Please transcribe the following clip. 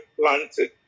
planted